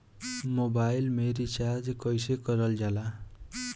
Mobile में recharge कइसे करल जाला?